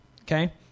okay